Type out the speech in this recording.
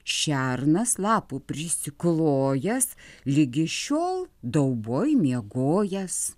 šernas lapų prisiklojęs ligi šiol dauboj miegojęs